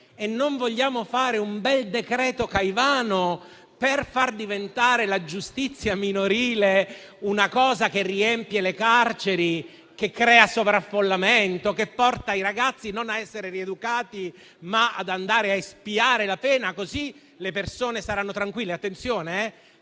E non vogliamo fare un bel decreto Caivano per far diventare la giustizia minorile una fattispecie che riempie le carceri, che crea sovraffollamento, che porta i ragazzi non a essere rieducati, ma ad andare a espiare la pena, così le persone saranno tranquille?